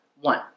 one